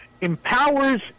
empowers